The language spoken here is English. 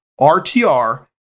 RTR